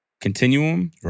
continuum